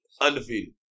undefeated